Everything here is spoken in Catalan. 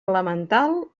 elemental